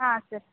ಹಾಂ ಸರ್